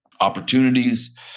opportunities